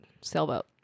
Sailboat